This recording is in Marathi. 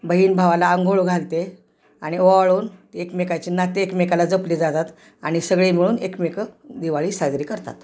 बहीण भावाला आंघोळ घालते आणि ओवाळून एकमेकांचे नाते एकमेकांना जपले जातात आणि सगळी मिळून एकमेकं दिवाळी साजरी करतात